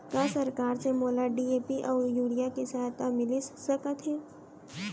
का सरकार से मोला डी.ए.पी अऊ यूरिया के सहायता मिलिस सकत हे?